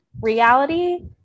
reality